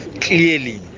clearly